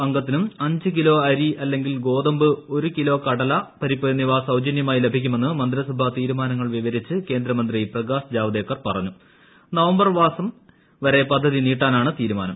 അംഗത്തിനും അഞ്ച് കിലോ അരി പ്രഅ്ല്ലെങ്കിൽ ഗോതമ്പ് ഒരു കിലോ കടല പരിപ്പ് എന്നീവു സൌജന്യമായി ലഭിക്കുമെന്ന് മന്ത്രിസഭാ തീരുമാനങ്ങൾ ്ട് വിവരിച്ച് കേന്ദ്രമന്ത്രി പ്രകാശ് ജാവ്ദേക്കർ പറഞ്ഞുകൃ തൃപ്പംബർ അവസാനം വരെ പദ്ധതി നീട്ടാനാണ് തീരുമാനം